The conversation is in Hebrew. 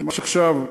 ממש עכשיו,